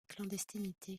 clandestinité